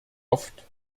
oft